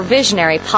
Visionary